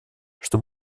что